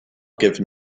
given